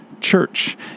church